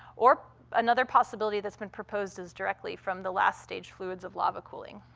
or another possibility that's been proposed is directly from the last-stage fluids of lava cooling.